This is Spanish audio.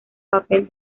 papel